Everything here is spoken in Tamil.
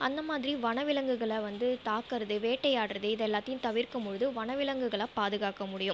அந்த மாதிரி வனவிலங்குகளை வந்து தாக்குவது வேட்டையாடுவது இது எல்லாத்தையும் தவிர்க்கும் பொழுது வனவிலங்குகளை பாதுகாக்க முடியும்